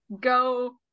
go